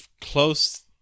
close